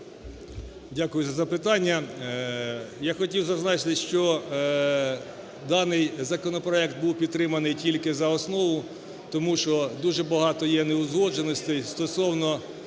Дякую за запитання. Я хотів зазначити, що даний законопроект був підтриманий тільки за основу, тому що дуже багато є неузгодженостей стосовно